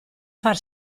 far